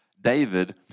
David